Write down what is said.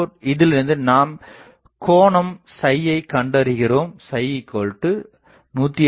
இதிலிருந்து நாம் கோணம் யை கண்டு அறிகிறோம்